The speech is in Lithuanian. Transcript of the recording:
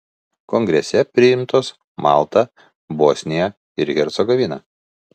kongrese priimtos malta bosnija ir hercegovina